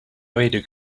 vader